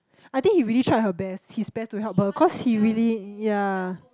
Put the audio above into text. I think he really tried her best his best to help her cause he really ya